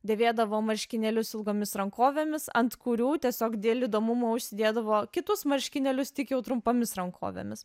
dėvėdavo marškinėlius ilgomis rankovėmis ant kurių tiesiog dėl įdomumo užsidėdavo kitus marškinėlius tik jau trumpomis rankovėmis